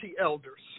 elders